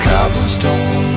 Cobblestone